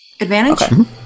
Advantage